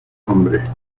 nombre